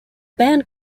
band